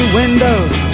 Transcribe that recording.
windows